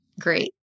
Great